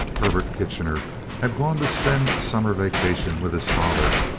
herbert kitchener had gone to spend a summer vacation with his father,